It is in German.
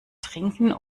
trinken